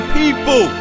people